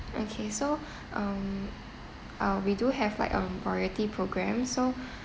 okay so um uh we do have like a loyalty programme so